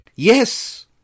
Yes